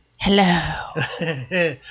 Hello